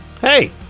Hey